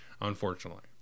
Unfortunately